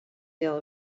deal